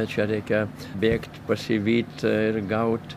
čia reikia bėgt pasivyt ir gaut